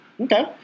Okay